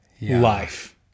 life